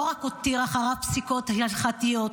לא רק לא הותיר אחריו פסיקות הלכתיות,